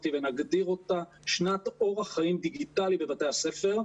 ונגדיר אותה שנת אורח חיים דיגיטלי בבתי הספר,